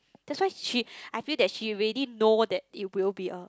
that's why she I feel that she already know that it will be a